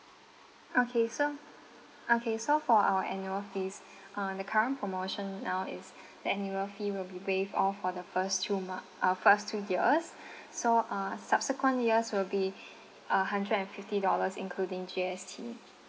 okay so okay so for our annual fees uh the current promotion now is the annual fee will be waived off for the first two months uh first two years so uh subsequent years will be uh a hundred and fifty dollars including G_S_T